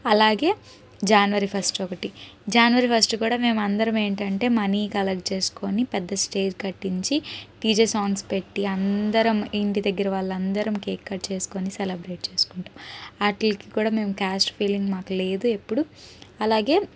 అలాగే January first ఒకటి January first కూడా మేము అందరం ఏంటంటే మనీ కలెక్ట్ చేసుకొని పెద్ద స్టేజ్ కట్టించి డిజె సాంగ్స్ పెట్టి అందరం ఇంటి దగ్గర వాళ్ళం అందరం కేక్ కట్ చేసుకొని సెలబ్రేట్ చేసుకుంటాం వాటికి కూడా మాకు క్యాస్ట్ ఫీలింగ్ లేదు ఎప్పుడు అలాగే